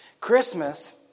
Christmas